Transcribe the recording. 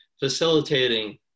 facilitating